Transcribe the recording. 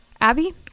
Abby